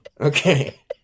Okay